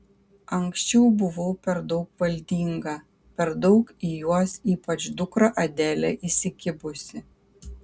anksčiau buvau per daug valdinga per daug į juos ypač dukrą adelę įsikibusi